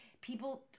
people